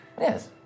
Yes